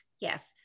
Yes